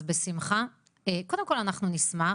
אז בשמחה, קודם כל אנחנו נשמח.